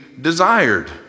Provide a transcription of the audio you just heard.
desired